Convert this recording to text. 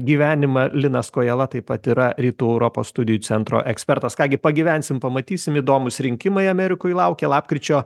gyvenimą linas kojala taip pat yra rytų europos studijų centro ekspertas ką gi pagyvensim pamatysim įdomūs rinkimai amerikoj laukia lapkričio